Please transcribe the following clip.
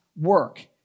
work